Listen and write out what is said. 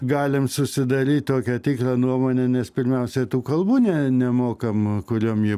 galim susidaryt tokią tikrą nuomonę nes pirmiausia tų kalbų ne nemokama kuriom ji